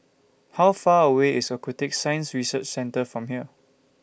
How Far away IS Aquatic Science Research Centre from here